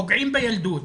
פוגעים בילדות,